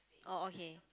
orh okay